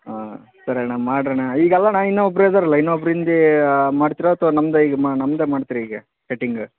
ಹಾಂ ಸರಿ ಅಣ್ಣ ಮಾಡ್ರಣ್ಣ ಈಗ ಅಲ್ಲ ಅಣ್ಣ ಇನ್ನೂ ಒಬ್ರು ಇದ್ದ್ದಾರಲ್ಲ ಇನ್ನೊಬ್ರಿಂದ ಮಾಡ್ತಿರೋ ಅಥವಾ ನಮ್ಮದೇ ಈಗ ಮಾ ನಮ್ಮದೇ ಮಾಡ್ತೀರಾ ಈಗ ಕಟಿಂಗ್